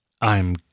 I'm